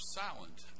silent